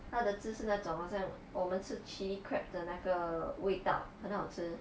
它的汁是那种好像我们吃 chili crab 的那个味道很好吃